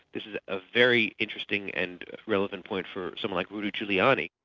this is a very interesting and relevant point for someone like rudy giuliani.